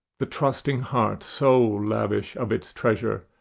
the trusting heart, so lavish of its treasure,